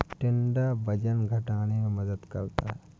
टिंडा वजन घटाने में मदद करता है